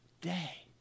day